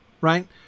right